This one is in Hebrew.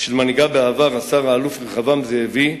של מנהיגה בעבר, השר האלוף רחבעם זאבי,